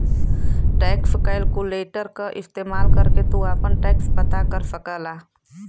tax calculator क इस्तेमाल करके तू आपन टैक्स पता कर सकला